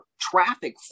traffic